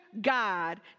God